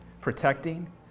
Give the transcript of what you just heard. protecting